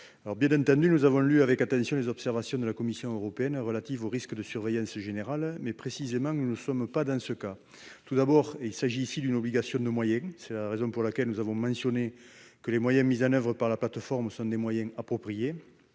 retirés. Bien entendu, nous avons lu avec attention les observations de la Commission européenne relatives au risque de surveillance générale. Nous ne sommes pas dans ce cas. D'une part, il s'agit d'une obligation de moyens. C'est la raison pour laquelle nous avons mentionné que les moyens mis en oeuvre par la plateforme sont des moyens « appropriés